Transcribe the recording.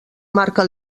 marca